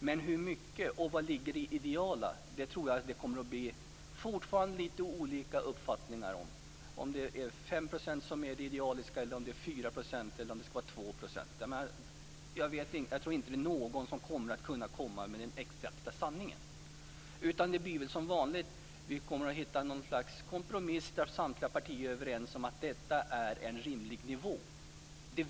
Men hur mycket och var det ideala ligger kommer det fortfarande att råda olika uppfattningar om, dvs. om det är 5, 4 eller 2 %. Jag tror inte att någon kommer med den exakta sanningen, utan det blir väl som vanligt att vi hittar en kompromiss där samtliga partier är överens om vad som är en rimlig nivå.